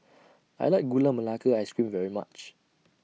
I like Gula Melaka Ice Cream very much